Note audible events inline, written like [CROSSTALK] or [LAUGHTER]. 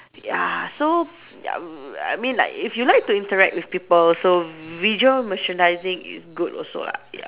ya so ya [NOISE] I mean like if you like to interact with people so visual merchandising is good also lah ya